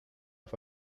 auf